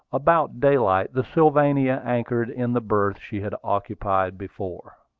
about daylight, the sylvania anchored in the berth she had occupied before.